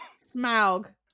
Smaug